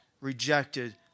rejected